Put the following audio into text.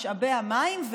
משאבי המים,